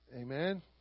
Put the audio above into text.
amen